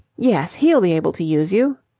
yes, he'll be able to use you.